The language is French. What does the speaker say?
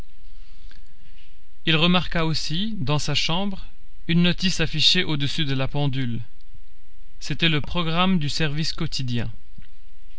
il remarqua aussi dans sa chambre une notice affichée au-dessus de la pendule c'était le programme du service quotidien